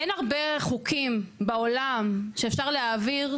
אין הרבה חוקים בעולם שאפשר להעביר,